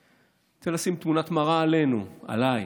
אני רוצה לשים תמונת מראה עלינו, עליי.